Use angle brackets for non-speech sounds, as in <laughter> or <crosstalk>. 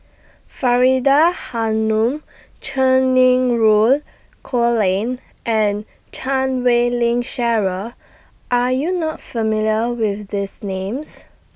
Faridah Hanum Cheng <unintelligible> Colin and Chan Wei Ling Cheryl Are YOU not familiar with These Names